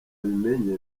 abimenye